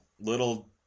little